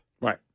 Right